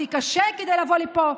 אני עבדתי קשה כדי לבוא לפה.